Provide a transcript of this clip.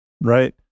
right